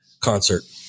concert